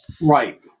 right